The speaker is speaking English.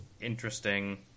interesting